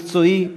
מקצועי,